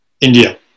India